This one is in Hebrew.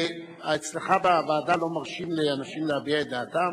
אצלך בוועדה לא מרשים לאנשים להביע את דעתם?